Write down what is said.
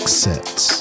sets